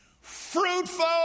fruitful